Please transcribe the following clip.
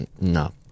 No